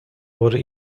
wurde